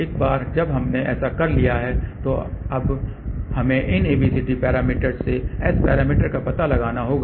एक बार जब हमने ऐसा कर लिया है तो अब हमें इन ABCD पैरामीटर्स से S पैरामीटर्स का पता लगाना होगा